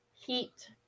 heat